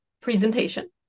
presentation